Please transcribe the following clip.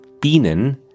Bienen